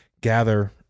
gather